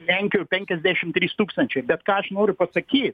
lenkijoj penkiasdešim trys tūkstančiai bet ką aš noriu pasakyt